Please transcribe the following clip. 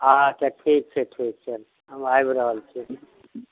अच्छा ठीक छै ठीक छै हम आबि रहल छी